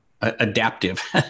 adaptive